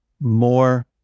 more